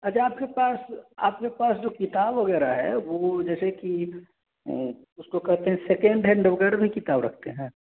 अच्छा आपके पास आपके पास जो किताब वगैरह है वो वो जैसे कि उसको कहते हैं सेकेंड हैंड वगैरह भी किताब रखते हैं